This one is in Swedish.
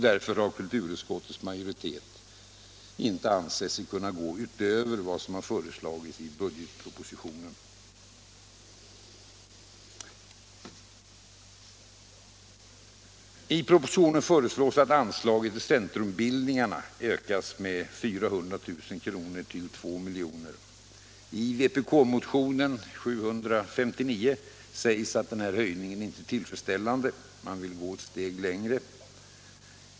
Därför har kulturutskottets majoritet inte ansett sig kunna gå utöver vad som har föreslagits i budgetpropositionen. I propositionen föreslås att anslaget till centrumbildningarna ökas med 400 000 till 2 milj.kr. I vpk-motionen 759 sägs att den höjningen inte är tillfredsställande. Man vill gå ett steg längre.